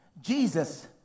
Jesus